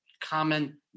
common